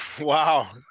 Wow